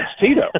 Tito